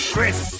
Chris